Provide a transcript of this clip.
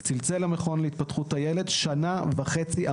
הוא צלצל למכון להתפתחות הילד ויש המתנה של שנה וחצי.